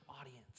audience